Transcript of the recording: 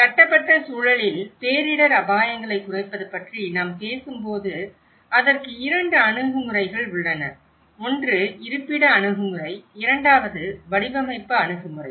கட்டப்பட்ட சூழலில் பேரிடர் அபாயங்களைக் குறைப்பது பற்றி நாம் பேசும்போது அதற்கு 2 அணுகுமுறைகள் உள்ளன ஒன்று இருப்பிட அணுகுமுறை இரண்டாவது வடிவமைப்பு அணுகுமுறை